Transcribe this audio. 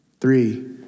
three